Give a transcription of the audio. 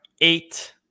eight